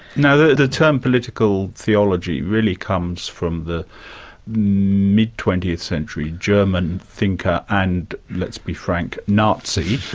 now, the the term political theology really comes from the mid twentieth century german thinker and let's be frank nazi,